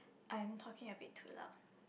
I'm talking a bit too loud